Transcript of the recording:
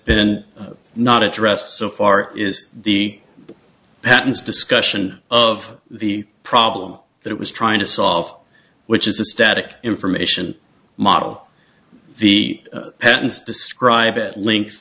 been not addressed so far is the patents discussion of the problem that it was trying to solve which is a static information model the patents described at l